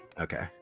Okay